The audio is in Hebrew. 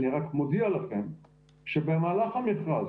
אני רק מודיע לכם שבמהלך המכרז,